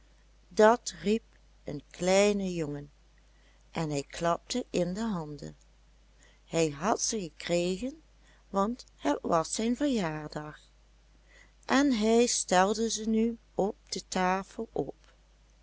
dat riep een kleine jongen en hij klapte in de handen hij had ze gekregen want het was zijn verjaardag en hij stelde ze nu op de tafel op